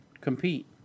compete